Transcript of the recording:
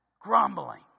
grumbling